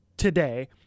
today